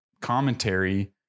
commentary